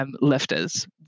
Lifters